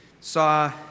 saw